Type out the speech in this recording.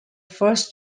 first